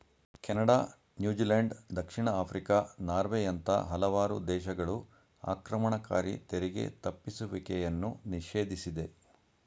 Canada, New Zealand, ದಕ್ಷಿಣ Africa, ನಾರ್ವೆಯಂತ ಹಲವಾರು ದೇಶಗಳು ಆಕ್ರಮಣಕಾರಿ ತೆರಿಗೆ ತಪ್ಪಿಸುವಿಕೆಯನ್ನು ನಿಷೇಧಿಸಿದೆ